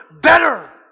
better